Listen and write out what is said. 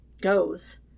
goes